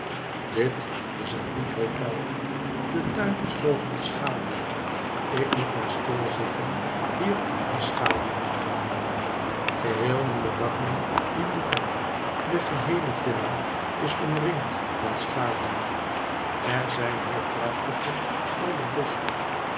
dit is een lief hotel de tuin is zoo vol schaduw ik moet maar stil zitten hier in die schaduw geheel de bagni di lucca de geheele villa is omringd van schaduw er zijn hier prachtige oude bosschen